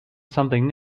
something